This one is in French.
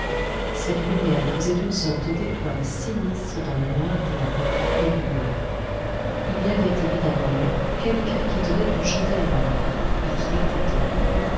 cette lumière faisait une sorte d'étoile sinistre dans le noir de la porte et du mur il y avait évidemment là quelqu'un qui tenait une chandelle à la main et qui écoutait